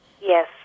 Yes